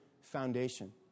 foundation